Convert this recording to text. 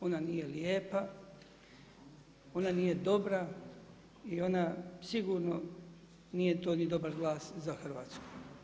Ona nije lijpa, ona nije dobra i ona sigurno nije to ni dobar glas za Hrvatsku.